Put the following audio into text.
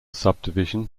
subdivision